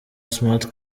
smart